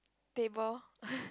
table